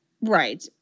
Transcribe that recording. Right